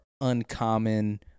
uncommon